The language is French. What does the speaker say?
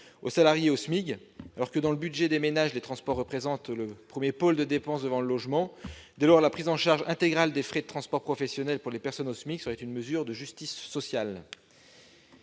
des salariés au SMIC. Dans le budget des ménages, les transports représentent le premier pôle de dépenses devant le logement. Dès lors, la prise en charge intégrale des frais de transport professionnels pour les personnes au SMIC serait une mesure de justice sociale.